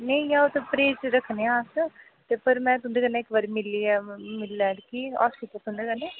नेईं इ'यां ओह् ते परहेज ते रक्खने आं अस ते पर मै तुं'दे कन्नै इक बारी मिलियै मिल लैगी होस्पिटल तुं'दे कन्नै